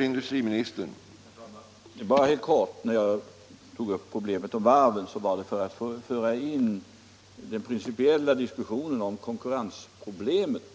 Herr talman! Bara helt kortfattat! Jag tog upp problemet med varven i den principiella diskussionen om konkurrensproblemet,